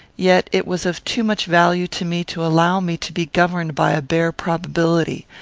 yet it was of too much value to me to allow me to be governed by a bare probability.